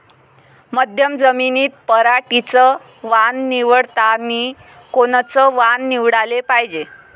मध्यम जमीनीत पराटीचं वान निवडतानी कोनचं वान निवडाले पायजे?